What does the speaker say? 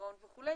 הגירעון וכו',